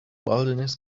wilderness